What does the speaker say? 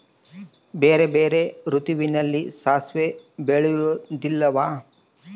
ಬೇರೆ ಬೇರೆ ಋತುವಿನಲ್ಲಿ ಸಾಸಿವೆ ಬೆಳೆಯುವುದಿಲ್ಲವಾ?